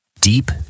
Deep